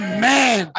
Amen